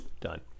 Done